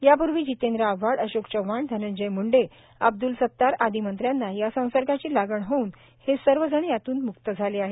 यापूर्वी जितेंद्र आव्हाड अशोक चव्हाण धनंजय मुंडे अब्दल सतार आदी मंत्र्यांना या संसर्गाची लागण होऊन हे सर्वजण यातून मुक्त झाले आहेत